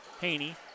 Haney